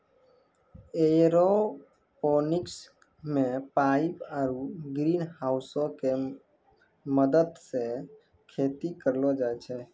aeroponics मे pipe आरु ग्रीनहाउसो के मदत से खेती करलो जाय छै